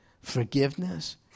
Forgiveness